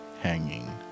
hanging